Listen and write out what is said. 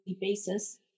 basis